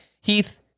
Heath